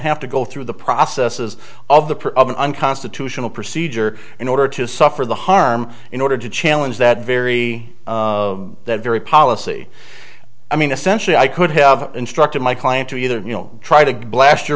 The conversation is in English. have to go through the processes of the for of an unconstitutional procedure in order to suffer the harm in order to challenge that very very policy i mean essentially i could have instructed my client to either you know try to blast your